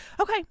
okay